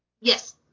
Yes